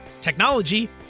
technology